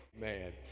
Man